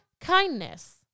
kindness